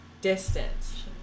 distance